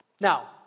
Now